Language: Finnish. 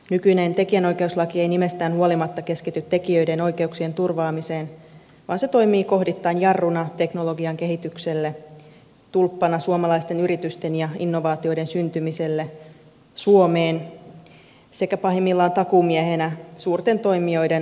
nykyinen tekijänoikeuslaki ei nimestään huolimatta keskity tekijöiden oikeuksien turvaamiseen vaan se toimii kohdittain jarruna teknologian kehitykselle tulppana suomalaisten yritysten ja innovaatioiden syntymiselle suomeen sekä pahimmillaan takuumiehenä suurten toimijoiden laillistetulle kartellille